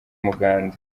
umuganda